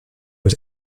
was